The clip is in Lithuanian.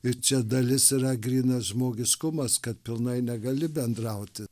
ir čia dalis yra grynas žmogiškumas kad pilnai negali bendrauti